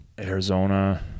Arizona